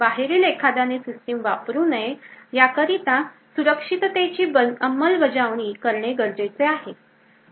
बाहेरील एखाद्याने सिस्टीम वापरू नये याकरिता सुरक्षिततेची अंमलबजावणी करणे गरजेचे आहे